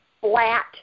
flat